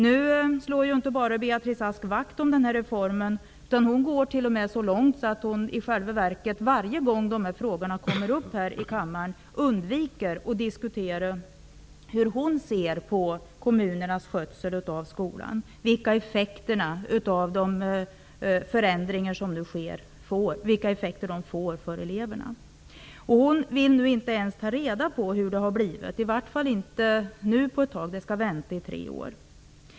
Nu slår inte Beatrice Ask bara vakt om denna reform, utan hon går t.o.m. så långt att hon varje gång dessa frågor tas upp i kammaren i själva verket undviker att diskutera hur hon ser på kommunernas skötsel av skolan och vilka effekter de förändringar som nu sker får för eleverna. Beatrice Ask vill inte ens ta reda på hur det har blivit, i vart fall inte ännu på ett tag. Man skall vänta i tre år.